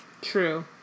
True